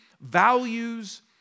values